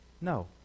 No